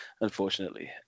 unfortunately